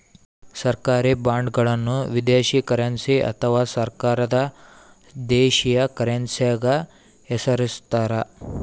ಸರ್ಕಾರಿ ಬಾಂಡ್ಗಳನ್ನು ವಿದೇಶಿ ಕರೆನ್ಸಿ ಅಥವಾ ಸರ್ಕಾರದ ದೇಶೀಯ ಕರೆನ್ಸ್ಯಾಗ ಹೆಸರಿಸ್ತಾರ